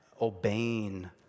obeying